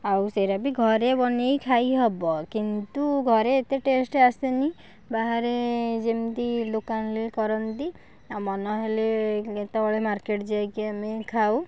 ଆଉ ସେରା ବି ଘରେ ବନେଇ ଖାଇ ହବ କିନ୍ତୁ ଘରେ ଏତେ ଟେଷ୍ଟ ଆସେନି ବାହାରେ ଯେମତି ଦୋକାନରେ କରନ୍ତି ଆଉ ମନ ହେଲେ କେତେବେଳେ ମାର୍କେଟ ଯାଇକି ଆମେ ଖାଉ